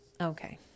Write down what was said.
Okay